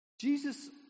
Jesus